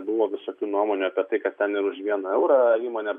buvo visokių nuomonių apie tai kad ten ir už vieną eurą įmonę